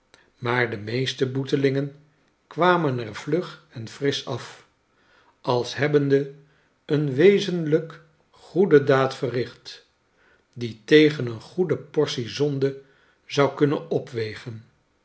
maar de meeste boetelingen kwamen er vlug en frisch af als hebbende een wezenlijk goede daad verricht die tegen eene goede portie zonde zou kunnen